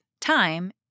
time